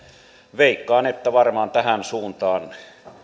veikkaan että varmaan tähän suuntaan